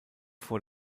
vor